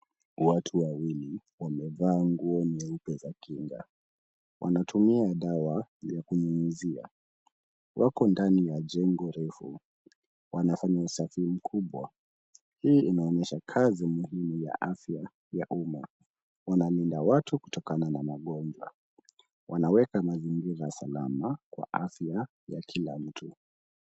Watu wawili, wamevaa nguo nyeupe za kinga. Wanatumia dawa ya kunyunyizia. Wako ndani ya jengo refu, wanafanya usafi mkubwa. Hili inaonyesha kazi ngumu ya afya ya umma. Wanalinda watu kutokana na magonjwa ,wanaweka mazingira salama kwa afya ya kila mtu.